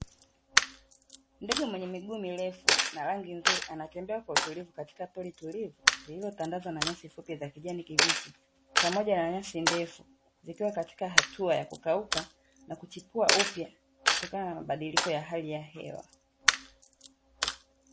Ndege mwenye miguu mirefu na rangi nzuri anatembea kwa utulivu katika pori tulivu lililotandazwa na nyasi fupi za kijani kibichi pamoja na nyasi ndefu, zikiwa katika hatua ya kukauka na kuchipua upya, kutokana na mabadiliko ya hali ya hewa.